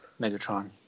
Megatron